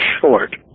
short